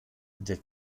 der